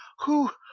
who.